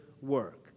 work